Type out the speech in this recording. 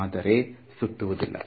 ಆದರೆ ಸುತ್ತುವುದಿಲ್ಲ